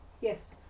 Yes